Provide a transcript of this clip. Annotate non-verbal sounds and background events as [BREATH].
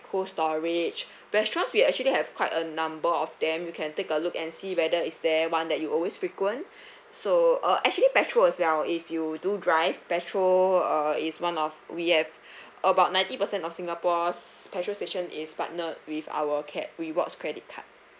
Cold Storage restaurants we actually have quite a number of them you can take a look and see whether is there one that you always frequent [BREATH] so uh actually petrol as well if you do drive petrol uh is one of we have [BREATH] about ninety percent of singapore's petrol station is partnered with our ca~ rewards credit card